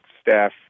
staff